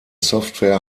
software